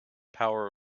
power